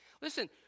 Listen